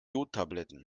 jodtabletten